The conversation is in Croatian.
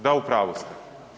Da, u pravu ste.